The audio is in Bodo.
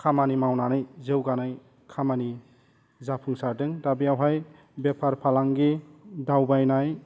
खामानि मावनानै जौगानाय खामानि जाफुंसारदों दा बेवहाइ बेफार फालांगि दावबायनाय